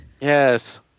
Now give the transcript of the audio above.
Yes